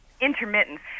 intermittent